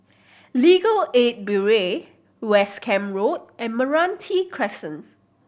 Legal Aid Bureau West Camp Road and Meranti Crescent